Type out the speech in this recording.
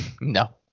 No